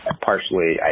partially